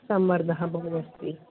सम्मर्दः बहु अस्ति